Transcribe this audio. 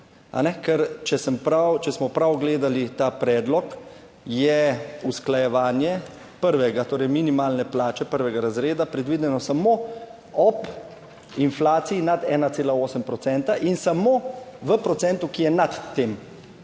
če smo prav gledali ta predlog, je usklajevanje prvega, torej minimalne plače prvega razreda predvideno samo ob inflaciji nad 1,8 procenta in samo v procentu, ki je nad tem,